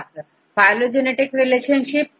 छात्र phylogenetic relationship